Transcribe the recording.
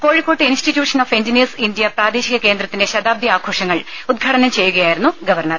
കോഴിക്കോട്ട് institution of engineers India പ്രാദേശിക കേന്ദ്രത്തിന്റെ ശതാബ്ദി ആഘോഷങ്ങൾ ഉദ്ഘാടനം ചെയ്യുകയായിരുന്നു ഗവർണർ